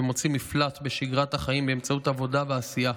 ומוצאים מפלט בשגרת החיים באמצעות עבודה ועשייה,